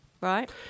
Right